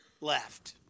left